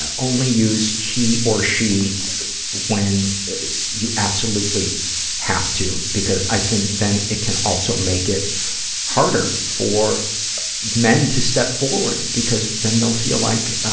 ah only use he or she when you absolutely have to because i think then it can also make it harder for men to step forward, because then they'll feel like,